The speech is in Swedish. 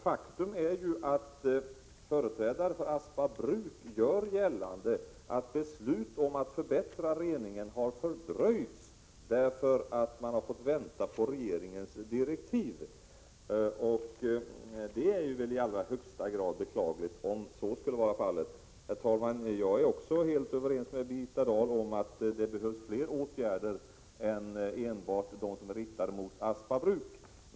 Faktum är att företrädare för Aspa bruk gör gällande att beslut om att förbättra reningen har fördröjts därför att man fått vänta på regeringens direktiv. Om så skulle vara fallet är det i högsta grad beklagligt. Jag är också helt överens med Birgitta Dahl om att det behövs fler åtgärder än enbart de som är riktade mot Aspa bruk.